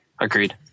Agreed